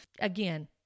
again